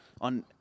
on